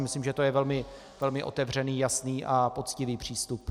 Myslím si, že to je velmi otevřený, jasný a poctivý přístup.